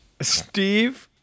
Steve